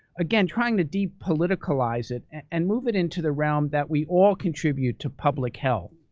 again, trying to depoliticalize it and move it into the realm that we all contribute to public health.